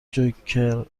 جوکر